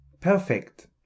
Perfect